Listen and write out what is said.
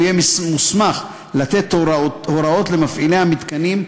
והוא יהיה מוסמך לתת הוראות למפעילי המתקנים,